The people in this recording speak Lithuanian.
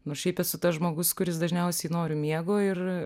nors šiaip esu tas žmogus kuris dažniausiai noriu miego ir